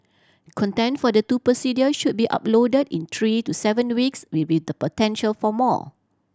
content for the two procedures should be uploaded in three to seven weeks with the potential for more